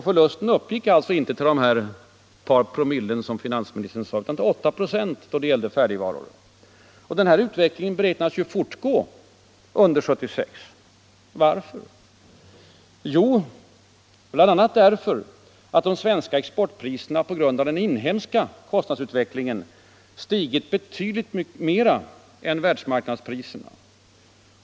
Förlusten uppgick alltså inte till de promille som finansministern sade utan till 8,4 26 då det gäller färdigvaror, och utvecklingen beräknas fortgå också under 1976. Varför? Jo, bl.a. därför att de svenska exportpriserna på grund av den inhemska kostnadsutvecklingen stigit betydligt mera än världsmarknadspriserna.